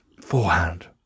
forehand